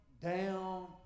down